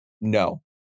no